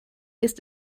ist